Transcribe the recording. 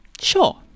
sure